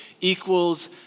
equals